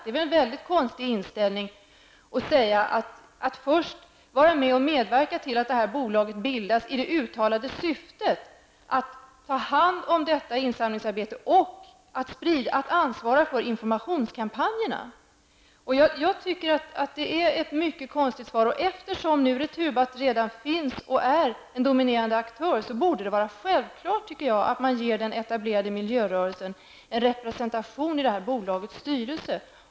Det är väldigt konstigt att då först medverka till att bolaget bildas i det uttalade syftet att ta hand om insamlingsarbetet och att ansvara för informationskampanjerna. Jag tycker att det är ett mycket konstigt svar. Eftersom Returbatt redan finns och är en dominerande aktör borde det vara självklart, tycker jag, att man ger den etablerade miljörörelsen representation i bolagets styrelse.